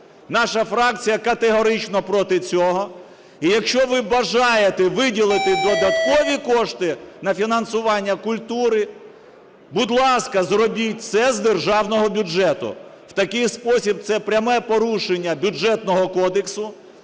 Наша фракція категорично проти цього. І якщо ви бажаєте виділити додаткові кошти на фінансування культури, будь ласка, зробіть це з державного бюджету. В такий спосіб це пряме порушення Бюджетного кодексу,